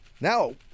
now